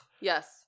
Yes